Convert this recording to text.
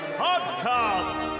podcast